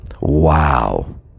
Wow